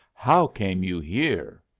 how came you here?